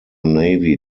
navy